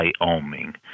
Wyoming